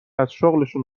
ازشغلشون